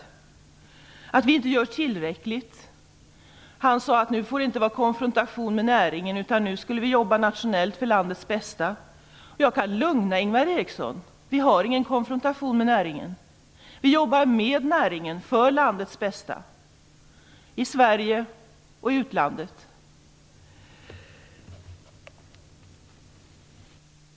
Han sade att vi inte gör tillräckligt. Han sade att det nu inte får vara konfrontation med näringen utan att vi skall jobba nationellt för landets bästa. Jag kan lugna Ingvar Eriksson med att vi inte har någon konfrontation med näringen. Vi jobbar med näringen för landets bästa, i Sverige och i utlandet.